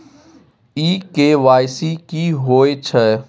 इ के.वाई.सी की होय छै?